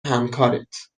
همکارت